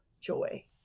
joy